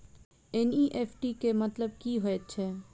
NEFT केँ मतलब की हएत छै?